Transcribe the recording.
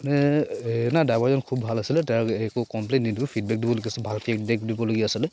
মানে এই না ড্ৰাইভাৰজন খুব ভাল আছিলে তেওঁক একো কমপ্লেইন নিদিওঁ ফিডবেক দিবলগীয়া আছিল ভাল ফিডবেক দিবলগীয়া আছিলে